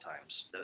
times